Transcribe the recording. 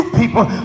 people